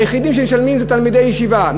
היחידים שמשלמים אלה תלמידי ישיבה,